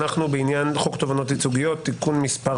אנחנו בעניין חוק תובענות ייצוגיות (תיקון מס'